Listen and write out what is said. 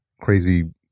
crazy